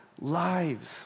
lives